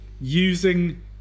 using